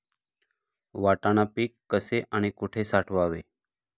वाटाणा पीक कसे आणि कुठे साठवावे?